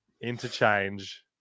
interchange